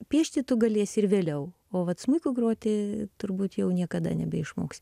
piešti tu galėsi ir vėliau o vat smuiku groti turbūt jau niekada nebeišmoksi